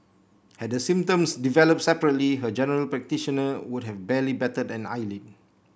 had the symptoms developed separately her general practitioner would have barely batted an eyelid